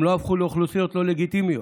הן לא הפכו לאוכלוסיות לא לגיטימיות.